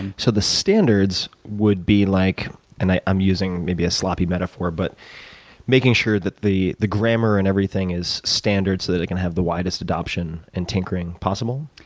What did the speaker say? and so the standards would be like and i'm using maybe a sloppy metaphor, but making sure that the the grammar and everything is standard so that it can have the widest adoption and tinkering possible?